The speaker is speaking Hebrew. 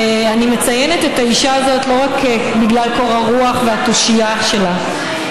ואני מציינת את האישה הזאת לא רק בגלל קור הרוח והתושייה שלה,